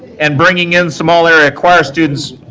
and bringing in some all-area choir students,